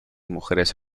mujeres